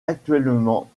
actuellement